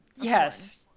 Yes